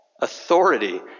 Authority